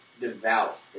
devout